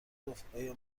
گفتایا